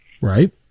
Right